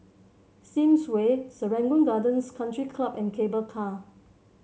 Sims Way Serangoon Gardens Country Club and Cable Car